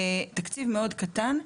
בתקציב מאוד קטן,